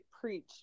preach